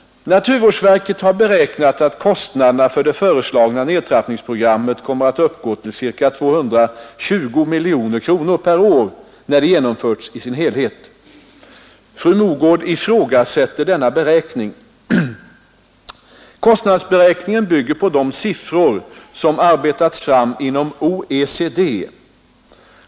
Naturvårdsverket har beräknat att kostnaderna för det föreslagna nedtrappningsprogrammet kommer att uppgå till ca 220 miljoner kronor per år när det genomförts i sin helhet. Fru Mogård ifrågasätter denna beräkning. Kostnadsberäkningen bygger på siffror som arbetats fram inom OECD.